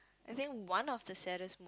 I think one of the saddest